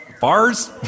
Bars